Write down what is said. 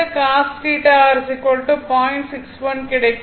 61 கிடைக்கும்